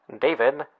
David